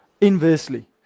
inversely